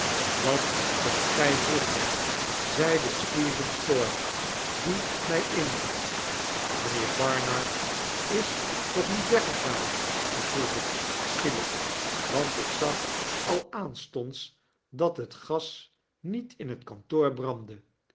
wat komt gy vroeg ben zeide steven storr die my inliet mijnheer barnard is toch niet weggegaan vroeg ik schielyk want ik zag al aanstonds dat het gas niet in het kantoor brandde